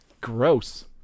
Gross